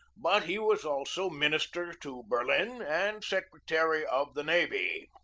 but he was also min ister to berlin and secretary of the navy.